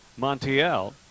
Montiel